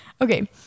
okay